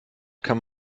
kann